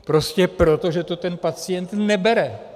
Prostě proto, že to ten pacient nebere.